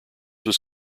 was